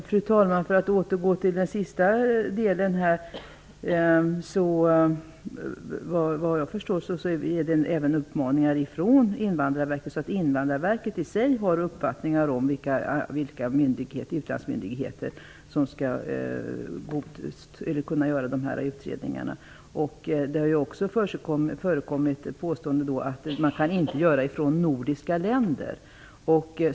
Fru talman! Såvitt jag förstår har Invandrarverket uppfattningar om vilka utlandsmyndigheter som skall kunna göra utredningarna. Det har ju också förekommit påståenden om att dessa inte kan göras från de nordiska länderna.